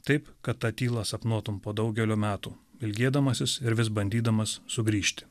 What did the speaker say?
taip kad ta tylą sapnuotum po daugelio metų ilgėdamasis ir vis bandydamas sugrįžti